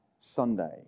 Sunday